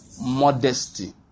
Modesty